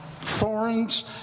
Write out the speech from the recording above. thorns